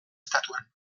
estatuan